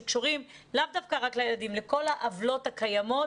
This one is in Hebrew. שקשורים לאו דווקא רק לילדים אלא לכל העוולות הקיימות